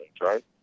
right